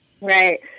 Right